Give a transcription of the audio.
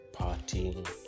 partying